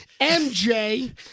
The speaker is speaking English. MJ